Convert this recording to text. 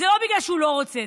זה לא בגלל שהוא לא רוצה,